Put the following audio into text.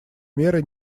меры